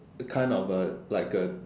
kind of a like a